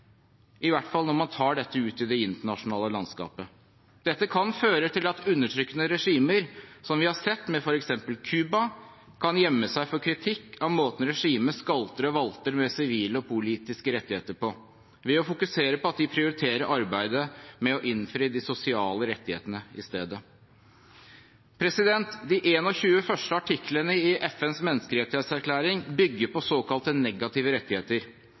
i hvert fall når man tar dette ut i det internasjonale landskapet. Dette kan føre til at undertrykkende regimer, som vi har sett med f.eks. Cuba, kan gjemme seg for kritikk av måten regimet skalter og valter med sivile og politiske rettigheter på – ved å fokusere på at de prioriterer arbeidet med å innfri sosiale rettigheter i stedet. De 21 første artiklene i FNs menneskerettighetserklæring bygger på såkalt negative rettigheter.